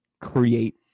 create